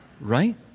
Right